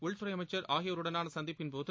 உள்துறை அமைச்சர் ஆகியோருடனான சந்திப்பின்போது